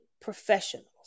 professionals